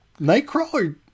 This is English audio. Nightcrawler